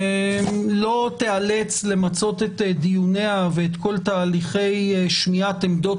לא תיאלץ למצות את דיוניה ואת כל תהליכי שמיעת עמדות